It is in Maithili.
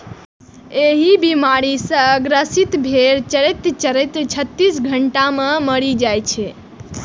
एहि बीमारी सं ग्रसित भेड़ चरिते चरिते छत्तीस घंटा मे मरि जाइ छै